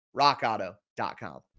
rockauto.com